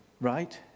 right